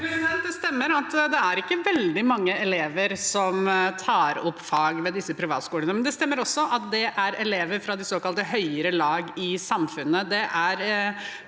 Det stemmer at det ikke er veldig mange elever som tar opp fag ved disse privatskolene, men det stemmer også at det er elever fra de såkalte høyere lag i samfunnet.